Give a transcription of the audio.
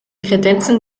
kredenzen